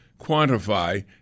quantify